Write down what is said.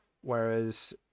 whereas